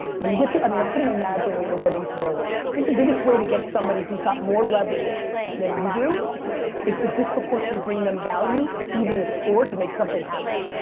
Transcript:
when you get to, i mean i couldn't imagine what you're living through. i think the biggest way to get somebody who's got more leverage than you do is to disproportionately bring them value to even the score to make something happen.